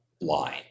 line